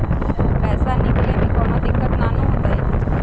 पईसा निकले में कउनो दिक़्क़त नानू न होताई?